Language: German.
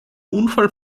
unfall